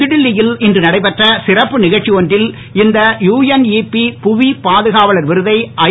புதுடெல்லியில் இன்று நடைபெற்ற சிறப்பு நிகழ்ச்சி ஒன்றில் இந்த யுஎன்இபி புவிப் பாதுகாவலர் விருதை ஐ